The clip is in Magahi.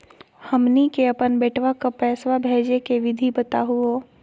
हमनी के अपन बेटवा क पैसवा भेजै के विधि बताहु हो?